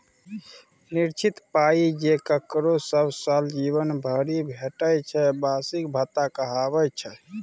निश्चित पाइ जे ककरो सब साल जीबन भरि भेटय छै बार्षिक भत्ता कहाबै छै